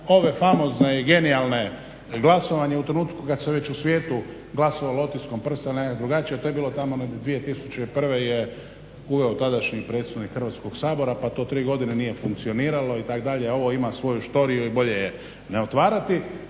ove famozne i genijalne glasovanje u trenutku kad se već u svijetu glasovalo otiskom prsta ili nekako drugačije, to je bilo tamo negdje 2001. je uveo tadašnji predsjednik Hrvatskog sabora pa to tri godine nije funkcioniralo itd. a ovo ima svoju štoriju i bolje je ne otvarati.